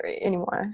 anymore